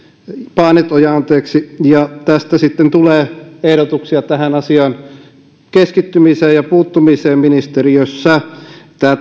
paanetoja tästä sitten tulee ehdotuksia tähän asiaan keskittymiseen ja puuttumiseen ministeriössä tämä